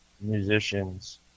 musicians